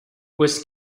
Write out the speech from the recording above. pues